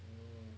oo